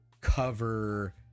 cover